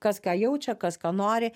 kas ką jaučia kas ką nori